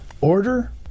order